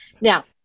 Now